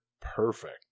perfect